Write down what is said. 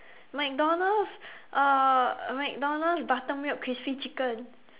McDonald's uh McDonald's buttermilk crispy chicken